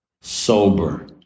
sober